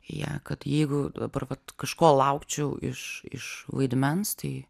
ją kad jeigu dabar vat kažko laukčiau iš iš vaidmens tai